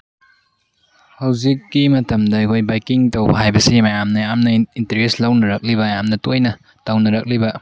ꯍꯧꯖꯤꯛꯀꯤ ꯃꯇꯝꯗ ꯑꯩꯈꯣꯏ ꯕꯥꯏꯛꯀꯤꯡ ꯇꯧꯕ ꯍꯥꯏꯕꯁꯤ ꯃꯌꯥꯝꯅ ꯌꯥꯝꯅ ꯏꯟꯇꯔꯦꯁ ꯂꯧꯅꯔꯛꯂꯤꯕ ꯌꯥꯝꯅ ꯇꯣꯏꯅ ꯇꯧꯅꯔꯛꯂꯤꯕ